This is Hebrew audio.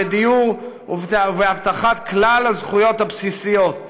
בדיור ובהבטחת כלל הזכויות הבסיסיות.